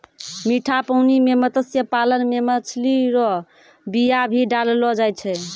मीठा पानी मे मत्स्य पालन मे मछली रो बीया भी डाललो जाय छै